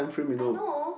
I know